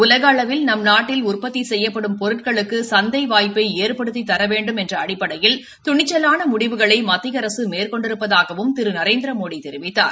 உலக அளவில் நம் நாட்டில் உற்பத்தி செய்யப்படும் பொருட்களுக்கு சந்தை வாய்ப்பை ஏற்படுத்திதா வேண்டும் என்ற அடிப்படையில் துணிச்சலான முடிவுகளை மத்திய அரசு மேற்கொண்டிருப்பதாகவும் திரு நரேந்திரமோடி தெரிவித்தார்